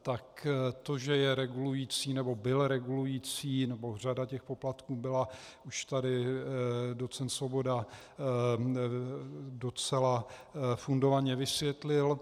Tak to, že je regulující, nebo byl regulující, nebo řada těch poplatků byla, už tady docent Svoboda docela fundovaně vysvětlil.